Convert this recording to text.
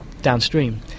downstream